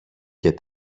και